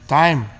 time